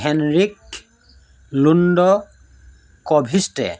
হেনৰিক লুণ্ডকভিষ্টে